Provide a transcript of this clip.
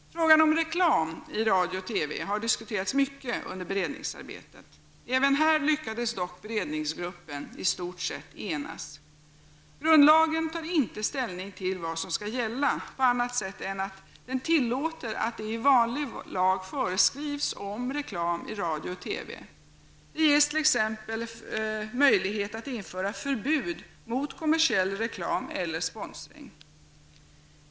Frågan om reklam i radio och TV har diskuterats mycket under beredningsarbetet. Även här lyckades dock beredningsgruppen i stort sett enas. Grundlagen tar inte ställning till vad som skall gälla på annat sätt än att den tillåter att det i vanlig lag föreskrivs om reklam i radio och TV. Det ges t.ex. möjlighet att införa förbud mot kommersiell reklam eller sponsring.